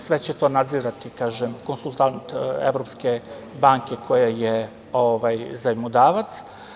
Sve će to nadzirati konsultant Evropske banke koja je zajmodavac.